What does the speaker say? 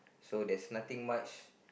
so there's nothing much